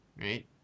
right